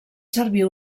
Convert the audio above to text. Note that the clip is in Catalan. servir